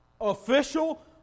official